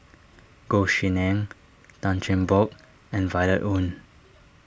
Goh Tshin En Tan Cheng Bock and Violet Oon